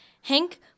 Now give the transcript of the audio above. Hank